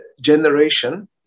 generation